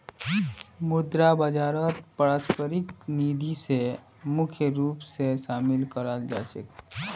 मुद्रा बाजारत पारस्परिक निधि स मुख्य रूप स शामिल कराल जा छेक